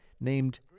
named